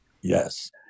yes